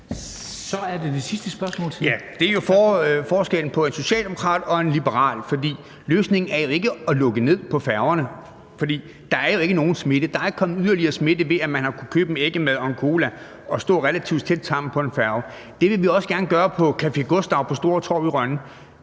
Så er det det sidste spørgsmål. Kl. 13:56 Peter Juel-Jensen (V): Det er forskellen på en socialdemokrat og en liberal, for løsningen er jo ikke at lukke ned på færgerne, for der er ikke nogen smitte. Der er ikke kommet yderligere smitte ved, at man har kunnet købe en æggemad og en cola og stå relativt tæt sammen på en færge. Det vil vi også gerne gøre på Café Gustav på Store Torv i Rønne